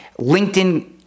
LinkedIn-